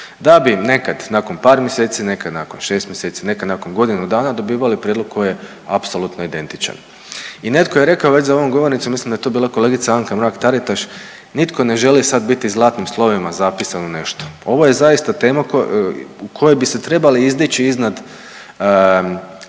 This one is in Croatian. da bi nekad nakon par mjeseci, nekad nakon 6. mjeseci, nekad nakon godinu dana dobivali prijedlog koji je apsolutno identičan. I netko je rekao već za ovom govornicom, mislim da je to bila kolegica Anka Mrak-Taritaš, nitko ne želi sad biti zlatnim slovima zapisan u nešto. Ovo je zaista tema u kojoj bi se trebali izdići iznad